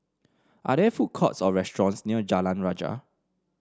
are there food courts or restaurants near Jalan Rajah